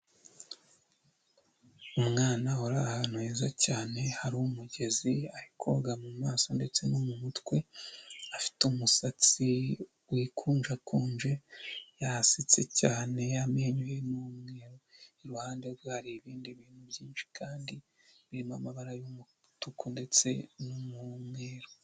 Umwana uri ahantu heza cyane, hari umugezi, ari koga mu maso ndetse no mu mutwe, afite umusatsi wikonjakonje, yasetse cyane, amenyo ye ni umweru, iruhande rwe hari ibindi bintu byinshi kandi birimo amabara y'umutuku ndetse n'umweru